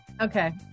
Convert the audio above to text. Okay